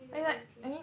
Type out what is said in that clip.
okay okay okay